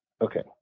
okay